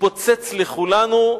התפוצץ לכולנו.